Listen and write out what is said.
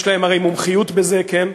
יש להם הרי מומחיות בזה, כן?